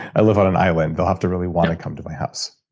i live on an island. they'll have to really want to come to my house